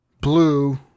blue